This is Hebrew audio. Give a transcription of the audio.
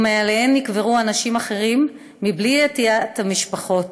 ומעליהם נקברו אנשים אחרים בלי ידיעת המשפחות.